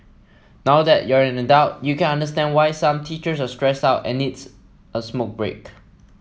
now that you're an adult you can understand why some teachers are stressed out and needs a smoke break